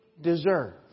deserve